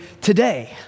today